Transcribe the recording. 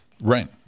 right